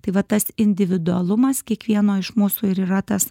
tai va tas individualumas kiekvieno iš mūsų ir yra tas